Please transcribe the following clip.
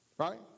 Right